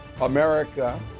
America